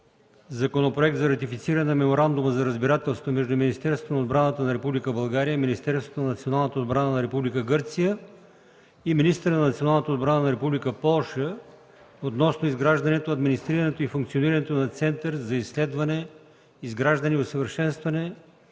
Законопроекта за ратифициране на Меморандума за разбирателство между Министерството на отбраната на Република България, Министерството на националната отбрана на Република Гърция и министъра на националната отбрана на Република Полша относно изграждането, администрирането и функционирането на Център за изследване, изграждане и усъвършенстване